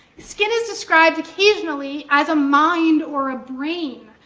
skin is described occasionally as a mind or a brain.